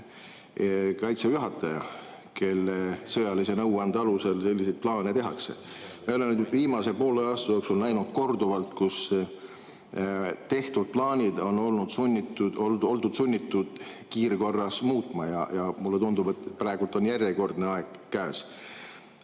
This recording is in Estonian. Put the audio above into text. Kaitseväe juhataja, kelle sõjalise nõuande alusel selliseid plaane tehakse. Me oleme nüüd viimase poole aasta jooksul näinud korduvalt, et tehtud plaane on oldud sunnitud kiirkorras muutma. Ja mulle tundub, et praegu on järjekordne aeg käes.